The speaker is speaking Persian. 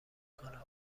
کنم